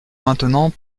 maintenant